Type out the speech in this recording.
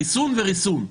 חיסון וריסון,